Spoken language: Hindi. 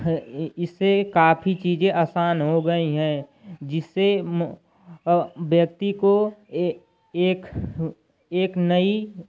इसे काफ़ी चीज़ें असान हो गई हैं जिसे व्यक्ति को एक एक नई